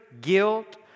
guilt